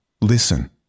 Listen